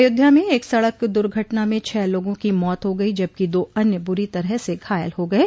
अयोध्या म एक सड़क दुर्घटना में छह लोगों की मौत हो गयी जबकि दा अन्य बुरी तरह से घायल हो गये